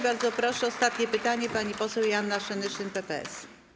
Bardzo proszę, ostatnie pytanie, pani poseł Joanna Senyszyn, PPS.